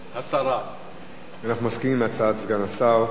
אנחנו מסכימים עם הצעת סגן השר, סגן שר החוץ.